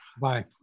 Bye